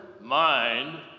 mind